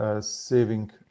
saving